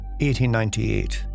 1898